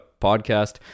podcast